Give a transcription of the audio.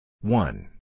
One